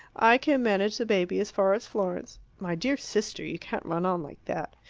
i can manage the baby as far as florence my dear sister, you can't run on like that.